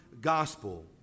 gospel